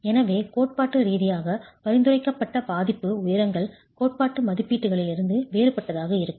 எனவே கோட்பாட்டு ரீதியாக பரிந்துரைக்கப்பட்ட பாதிப்பு உயரங்கள் கோட்பாட்டு மதிப்பீடுகளிலிருந்து வேறுபட்டதாக இருக்கும்